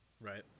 right